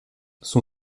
son